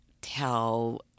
tell